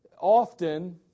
often